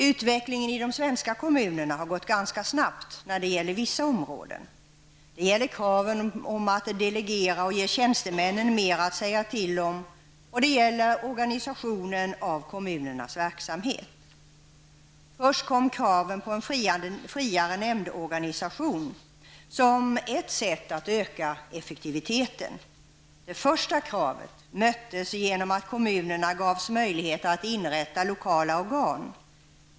Utvecklingen i de svenska kommunerna har gått ganska snabbt när det gäller vissa områden. Det gäller kraven om att delegera och ge tjänstemännen mer att säga till om och det gäller organisationen av kommunernas verksamhet. Först kom kraven på en friare nämndorganisation som ett sätt att öka effektiviteten. Det första kravet möttes genom att kommunerna gavs möjlighet att inrätta lokala organ.